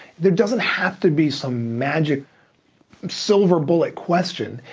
there doesn't have to be some magic silver bullet question.